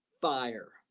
fire